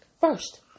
first